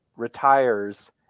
Retires